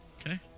Okay